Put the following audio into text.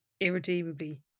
irredeemably